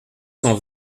cent